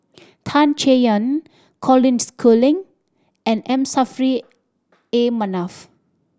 Tan Chay Yan Colin Schooling and M Saffri A Manaf